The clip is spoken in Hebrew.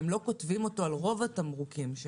והם לא כותבים אותו על רוב התמרוקים שלהם.